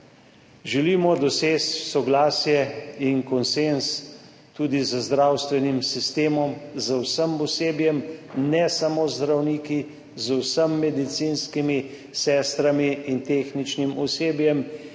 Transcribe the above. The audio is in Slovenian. Želimo doseči soglasje in konsenz tudi z zdravstvenim sistemom, z vsem osebjem, ne samo z zdravniki, z vsemi medicinskimi sestrami in tehničnim osebjem,